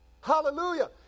Hallelujah